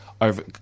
over